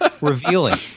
revealing